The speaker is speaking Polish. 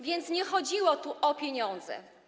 Więc nie chodziło tu o pieniądze.